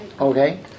okay